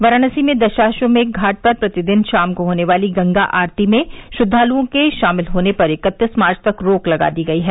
वाराणसी में दशाश्वमेध घाट पर प्रतिदिन शाम को होने वाली गंगा आरती में श्रद्वालुओं के शामिल होने पर इकत्तीस मार्च तक रोक लगा दी गई है